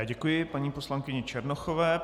Děkuji paní poslankyni Černochové.